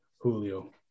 Julio